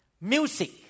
Music